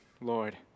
Lord